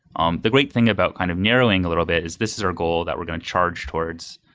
um the great thing about kind of narrowing a little bit is this is our goal that we're going to charge towards.